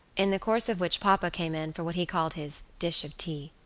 in the course of which papa came in for what he called his dish of tea.